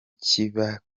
kiba